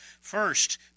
first